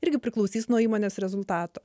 irgi priklausys nuo įmonės rezultato